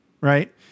right